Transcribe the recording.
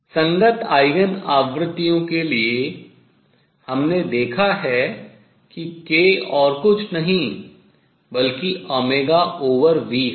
संगत आयगेन आवृत्तियों के लिए हमने देखा है कि k और कुछ नहीं बल्कि v है